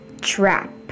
trap